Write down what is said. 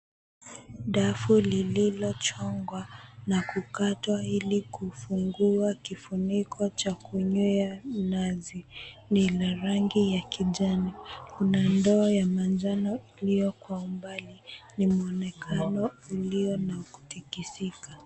Dafu lililochongwa na kukatwa ili kufungua kifuniko cha kunywea nazi ni la rangi ya kijani, kuna ndoo ya manjano iliyo kwa umbali ni muonekano ulio na kutikisika.